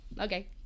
okay